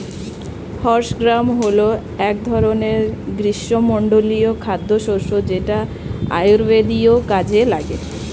horse gram হল এক ধরনের গ্রীষ্মমণ্ডলীয় খাদ্যশস্য যেটা আয়ুর্বেদীয় কাজে লাগে